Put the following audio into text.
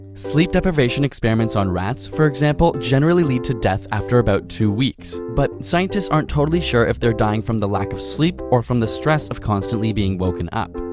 sleep deprivation experiments on rats for example, generally lead to death after about two weeks. but, scientists aren't totally sure if there dying from the lack of sleep or from the stress of constantly being woken up.